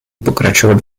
pokračovat